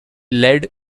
led